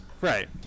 Right